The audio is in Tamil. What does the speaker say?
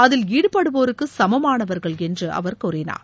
அதில் ஈடுபடுவோருக்கு சமமானவர்கள் என்று அவர் கூறினார்